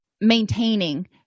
maintaining